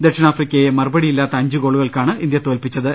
ദക്ഷിണാഫ്രിക്കയെ മറുപടിയില്ലാത്ത അഞ്ച് ഗോളുകൾക്കാണ് ഇന്ത്യ തോൽപിച്ചത്